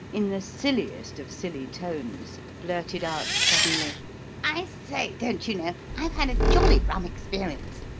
in the silliest of silly tones, blurted out suddenly i say, don't you know, i've had a jolly rum experience.